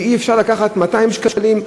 ואי-אפשר לקחת 200 שקלים,